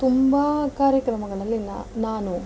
ತುಂಬ ಕಾರ್ಯಕ್ರಮಗಳಲ್ಲಿ ನಾನು